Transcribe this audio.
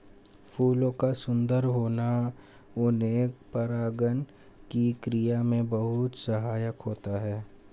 फूलों का सुंदर होना उनके परागण की क्रिया में बहुत सहायक होता है